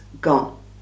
gone